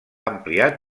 ampliat